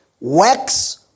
works